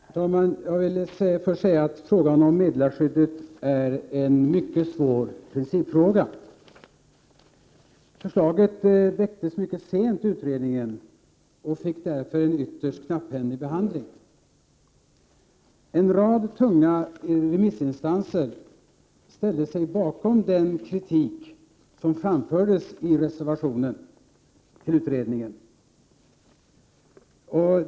Herr talman! Jag vill först säga att frågan om meddelarskyddet är en mycket svår principfråga. Förslaget väcktes mycket sent under utredningens arbete och fick därför en ytterst knapphändig behandling. En rad tunga remissinstanser ställde sig bakom den kritik som framfördes i reservationen i utredningen.